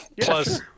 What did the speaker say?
Plus